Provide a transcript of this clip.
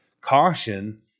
caution